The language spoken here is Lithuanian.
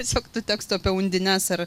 tiesiog tų tekstų apie undines ar